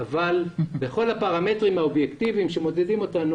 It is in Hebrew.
אבל בכל הפרמטרים האובייקטיביים שמודדים אותנו,